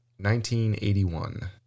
1981